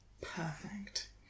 Perfect